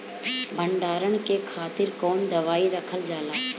भंडारन के खातीर कौन दवाई रखल जाला?